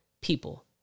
people